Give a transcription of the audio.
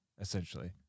essentially